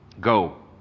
Go